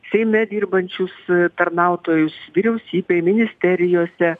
seime dirbančius tarnautojus vyriausybėj ministerijose